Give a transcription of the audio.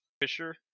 Fisher –